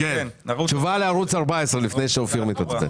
תשובה לערוץ 14 לפני שאופיר מתעצבן.